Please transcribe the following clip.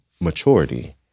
maturity